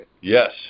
Yes